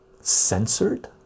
censored